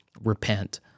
repent